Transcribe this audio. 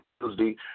Tuesday